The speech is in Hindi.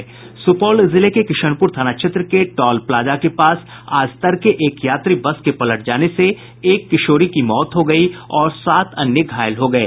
सुपौल जिले के किशनपुर थाना क्षेत्र के टॉलप्लाजा के पास आज तड़के एक यात्री बस के पलट जाने से एक किशोरी की मौत हो गयी और सात अन्य घायल हो गये